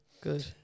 Good